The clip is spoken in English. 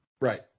Right